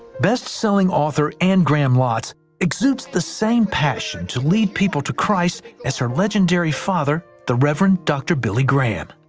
best selling author anne graham lotz exudes the same passion to lead people to christ as her legendary father the reverend dr. billy graham.